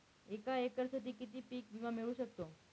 एका एकरसाठी किती पीक विमा मिळू शकतो?